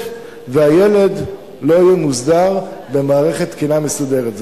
והילד לא יהיה מסודר במערכת תקינה מסודרת.